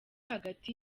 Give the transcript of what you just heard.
hagati